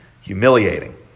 humiliating